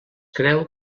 creu